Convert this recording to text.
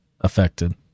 affected